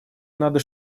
надо